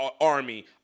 Army